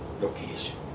location